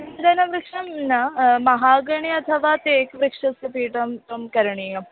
नूतनविषयं न महागणे अथवा तेक् वृक्षस्य पीठं त्वं करणीयम्